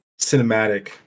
cinematic